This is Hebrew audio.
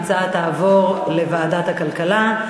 ההצעה תעבור לוועדת הכלכלה.